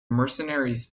mercenaries